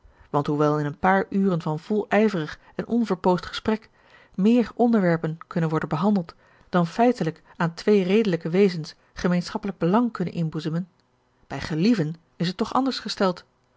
want hoewel in een paar uren van volijverig en onverpoosd gesprek meer onderwerpen kunnen worden behandeld dan feitelijk aan twee redelijke wezens gemeenschappelijk belang kunnen inboezemen bij gelieven is het toch anders gesteld